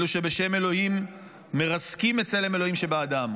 אלו שבשם אלוהים מרסקים את צלם אלוהים שבאדם,